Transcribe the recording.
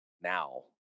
now